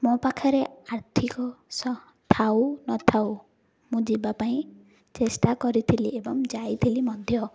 ମୋ ପାଖରେ ଆର୍ଥିକ ସ ଥାଉ ନ ଥାଉ ମୁଁ ଯିବା ପାଇଁ ଚେଷ୍ଟା କରିଥିଲି ଏବଂ ଯାଇଥିଲି ମଧ୍ୟ